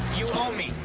you owe me.